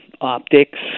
optics